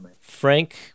Frank